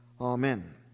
amen